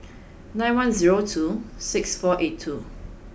nine one zero two six four eight two